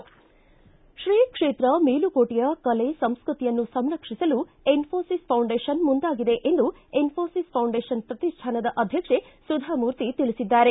ಶೀಕ್ಷೇತ್ರ ಮೇಲುಕೋಟೆಯ ಕಲೆ ಸಂಸ್ಟತಿಯನ್ನು ಸಂರಕ್ಷಿಸಲು ಇನ್ಫೋಸಿಸ್ ಫೌಂಡೇಶನ್ ಮುಂದಾಗಿದೆ ಎಂದು ಇನ್ಫೋಲಿಸ್ ಫೌಂಡೇಶನ್ ಪ್ರತಿಷ್ಠಾನದ ಅಧ್ಯಕ್ಷೆ ಸುಧಾಮೂರ್ತಿ ತಿಳಿಸಿದ್ದಾರೆ